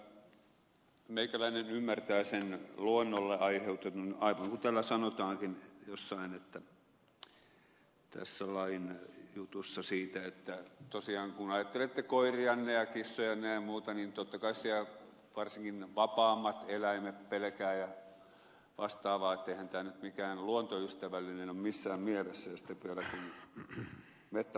kyllä meikäläinen ymmärtää sen luonnolle aiheutetun aivan kuten täällä sanotaankin jossain tässä lain jutussa siitä että tosiaan kun ajattelette koirianne ja kissojanne ja muuta niin totta kai siellä varsinkin vapaammat eläimet pelkäävät ja vastaavaa niin että eihän tämä nyt mikään luontoystävällinen ole missään mielessä ja sitten vielä kun metsät palavat päälle